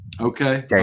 okay